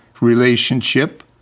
relationship